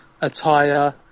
attire